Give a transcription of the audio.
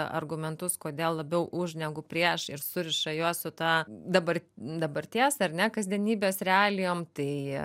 argumentus kodėl labiau už negu prieš ir suriša juos su ta dabar dabarties ar ne kasdienybės realijom tai